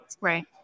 Right